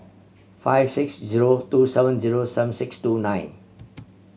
five six zero two seven zero seven six two nine